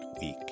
week